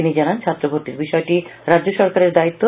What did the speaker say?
তিনি জানান ছাত্র ভর্তির বিষয়টি রাজ্য সরকারের দায়িত্ব